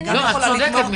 מיכל, את צודקת.